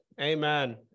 Amen